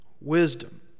wisdom